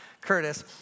Curtis